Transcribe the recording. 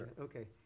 Okay